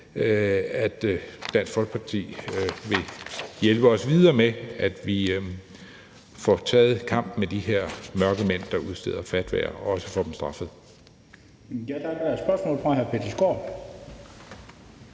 at Dansk Folkeparti vil hjælpe os videre med, at vi får taget kampen med de her mørkemænd, der udsteder fatwaer, og også får dem straffet.